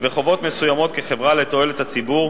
וחובות מסוימות כחברה לתועלת הציבור,